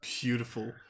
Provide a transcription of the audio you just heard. beautiful